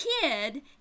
kid